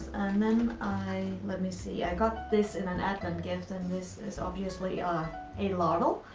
then i, let me see, i got this in an advent gift, and this is obviously ah a ladle,